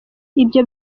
ibyo